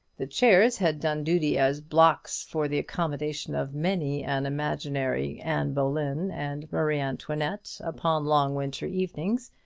the chairs had done duty as blocks for the accommodation of many an imaginary anne boleyn and marie antoinette, upon long winter evenings,